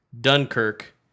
Dunkirk